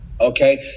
okay